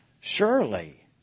surely